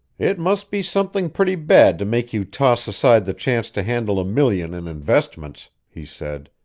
it must be something pretty bad to make you toss aside the chance to handle a million in investments, he said.